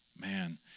man